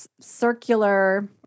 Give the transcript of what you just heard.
circular